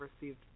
received